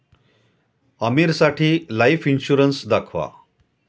आमीरसाठी life insurance दाखवा